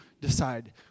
decide